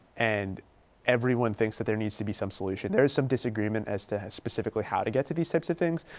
and everyone thinks that there needs to be some solution. there is some disagreement as to specifically how toget to these types of things.